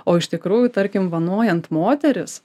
o iš tikrųjų tarkim vanojant moteris